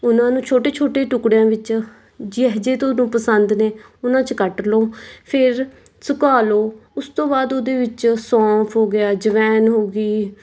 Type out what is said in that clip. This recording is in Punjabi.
ਉਹਨਾਂ ਨੂੰ ਛੋਟੇ ਛੋਟੇ ਟੁਕੜਿਆਂ ਵਿੱਚ ਜਿਹਜੇ ਤੁਹਾਨੂੰ ਪਸੰਦ ਨੇ ਉਹਨਾਂ 'ਚ ਕੱਟ ਲਓ ਫਿਰ ਸੁਕਾ ਲਓ ਉਸ ਤੋਂ ਬਾਅਦ ਉਹਦੇ ਵਿੱਚ ਸੌਂਫ ਹੋ ਗਿਆ ਅਜਵਾਇਣ ਹੋ ਗਈ